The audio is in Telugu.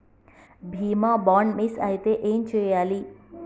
బీమా బాండ్ మిస్ అయితే ఏం చేయాలి?